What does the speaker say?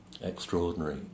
extraordinary